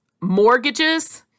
mortgages